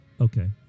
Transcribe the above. Okay